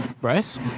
Bryce